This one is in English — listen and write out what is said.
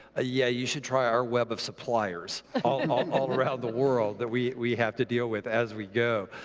ah yeah, you should try our web of suppliers all um all all around the world that we we have to deal with as we go.